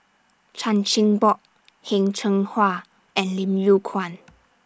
Chan Chin Bock Heng Cheng Hwa and Lim Yew Kuan